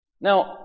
Now